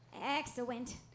Excellent